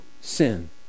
sin